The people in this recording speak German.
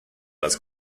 das